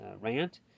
rant